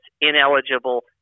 ineligible